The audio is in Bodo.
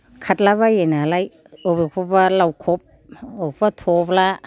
खारलाबायो नालाय बबेखौबा लावखब बबेखौबा थब्ला